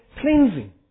cleansing